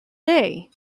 day